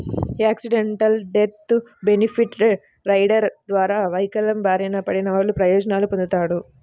accidental death benefit rider ద్వారా వైకల్యం బారిన పడినవాళ్ళు ప్రయోజనాలు పొందుతాడు